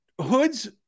hoods